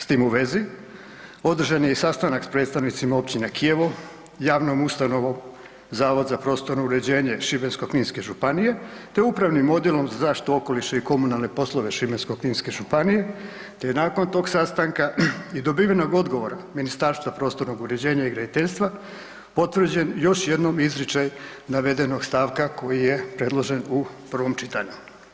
S tim u vezi održan je i sastanak s predstavnicima općine Kijevo, javnom ustanovom Zavod za prostorno uređenje Šibensko-kninske županije, te Upravnim odjelom za zaštitu okoliša i komunalne poslove Šibensko-kninske županije, te je nakon tog sastanka i dobivenog odgovora Ministarstva prostornog uređenja i graditeljstva potvrđen još jednom izričaj navedenog stavka koji je predložen u prvom čitanju.